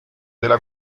della